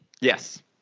Yes